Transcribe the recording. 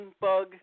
bug